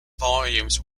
volumes